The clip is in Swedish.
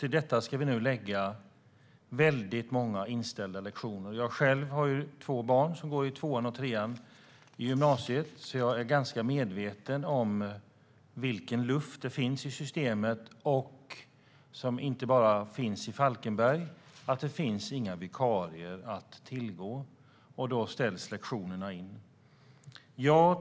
Till detta ska vi nu lägga väldigt många inställda lektioner. Jag har själv två barn som går i tvåan och trean i gymnasiet, så jag är ganska medveten om vilken luft som finns i systemet. Det gäller inte bara i Falkenberg. Det finns inga vikarier att tillgå, och då ställs lektionerna in.